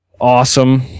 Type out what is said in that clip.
Awesome